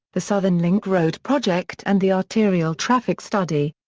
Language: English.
the southern link road project and the arterial traffic study.